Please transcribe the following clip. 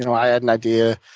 and i had an idea.